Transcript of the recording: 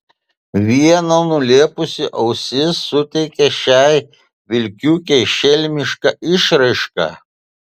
viena nulėpusi ausis suteikia šiai vilkiukei šelmišką išraišką